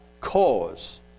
cause